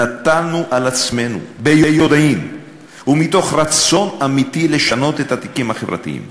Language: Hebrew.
נטלנו על עצמנו ביודעין ומתוך רצון אמיתי לשנות את התיקים החברתיים.